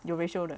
有 ratio 的